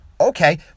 Okay